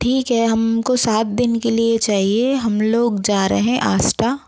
ठीक है हमको सात दिन के लिए चाहिए हम लोग जा रहे है आस्टा